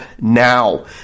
now